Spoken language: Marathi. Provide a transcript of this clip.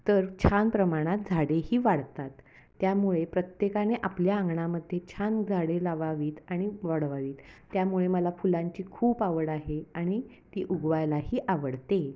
तर छान प्रमाणात झाडेही वाढतात त्यामुळे प्रत्येकाने आपल्या अंगणामध्ये छान झाडे लावावीत आणि वढवावीत त्यामुळे मला फुलांची खूप आवड आहे आणि ती उगवायलाही आवडते